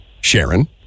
Sharon